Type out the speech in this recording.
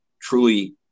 truly